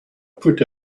put